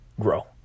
grow